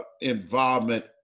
involvement